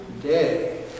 day